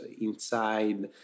inside